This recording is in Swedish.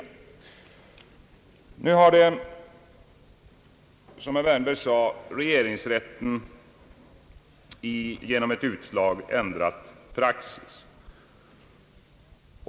Regeringsrätten har, som herr Wärnberg sade, genom ett utslag ändrat praxis.